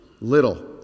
little